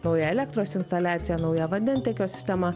nauja elektros instaliacija nauja vandentiekio sistema